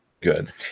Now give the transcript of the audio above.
good